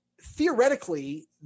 theoretically